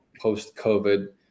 post-COVID